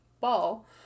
ball